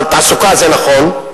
אבל תעסוקה זה נכון.